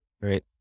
right